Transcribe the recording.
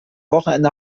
wochenende